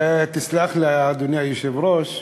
יסלח לי אדוני היושב-ראש,